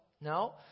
No